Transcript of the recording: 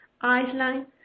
Iceland